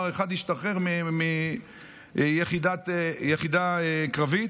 אחד כבר השתחרר מיחידה קרבית.